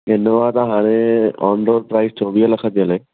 Innova त हाणे on road price चोवीह लख थी हले